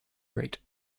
rate